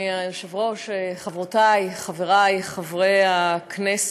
תודה, אדוני היושב-ראש, חברותי, חברי חברי הכנסת,